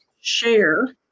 share